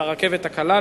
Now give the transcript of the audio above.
על הרכבת הקלה,